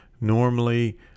normally